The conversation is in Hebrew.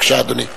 בבקשה, אדוני.